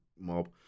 mob